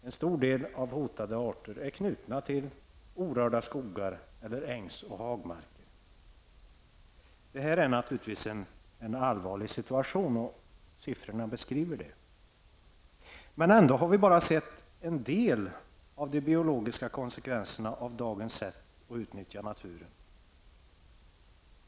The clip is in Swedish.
En stor del av de hotade arterna är knutna till orörda skogar eller ängs och hagmarker. Det är naturligtvis en allvarlig situation, och siffrorna beskriver det. Men ändå har vi bara sett en del av de biologiska konsekvenserna av dagens sätt att utnyttja naturen.